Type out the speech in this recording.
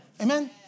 Amen